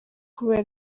kubera